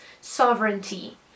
sovereignty